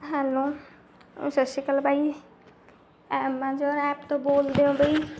hello ਓ ਸਤਿ ਸ਼੍ਰੀ ਅਕਾਲ ਬਾਈ ਐਮਾਜੋਨ ਐਪ ਤੋਂ ਬੋਲਦੇ ਹੋ ਬਈ